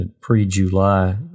pre-july